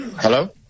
hello